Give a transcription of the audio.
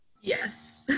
Yes